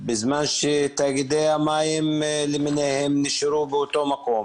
בזמן שתאגידי המים למיניהם נשארו באותו מקום.